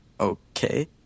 Okay